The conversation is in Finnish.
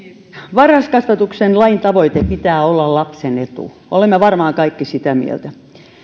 varhaiskasvatuksen lain tavoitteen pitää olla lapsen etu olemme varmaan kaikki sitä mieltä